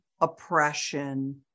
oppression